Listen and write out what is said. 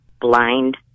blind